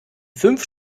fünf